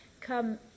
come